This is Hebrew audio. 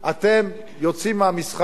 אתם יוצאים מהמשחק,